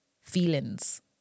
feelings